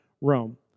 Rome